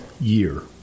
year